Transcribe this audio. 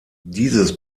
dieses